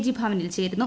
G ഭവനിൽ ചേരുന്നു